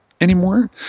anymore